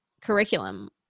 curriculum